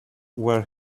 where